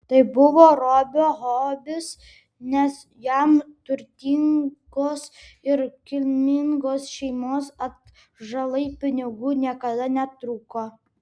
tai buvo robio hobis nes jam turtingos ir kilmingos šeimos atžalai pinigų niekada netrūko